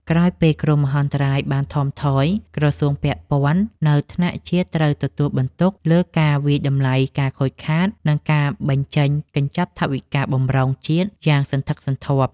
ក្រោយពេលគ្រោះមហន្តរាយបានថមថយ ក្រសួងពាក់ព័ន្ធនៅថ្នាក់ជាតិត្រូវទទួលបន្ទុកលើការវាយតម្លៃការខូចខាត និងការបញ្ចេញកញ្ចប់ថវិកាបម្រុងជាតិយ៉ាងសន្ធឹកសន្ធាប់។